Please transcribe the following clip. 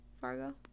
Fargo